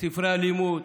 ספרי הלימוד,